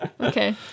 okay